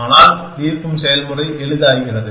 ஆனால் தீர்க்கும் செயல்முறை எளிதாகிறது